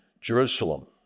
Jerusalem